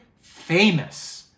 famous